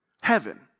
Heaven